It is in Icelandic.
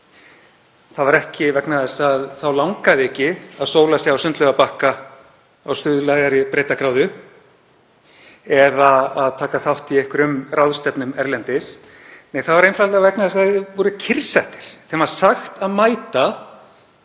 Það var ekki vegna þess að þá langaði ekki að sóla sig á sundlaugarbakka á suðlægari breiddargráðu eða að taka þátt í einhverjum ráðstefnum erlendis. Nei, það var einfaldlega vegna þess að þeir voru kyrrsettir. Þeim var sagt að mæta.